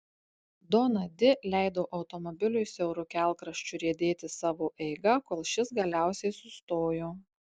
dona di leido automobiliui siauru kelkraščiu riedėti savo eiga kol šis galiausiai sustojo